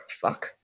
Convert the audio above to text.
Fuck